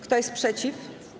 Kto jest przeciw?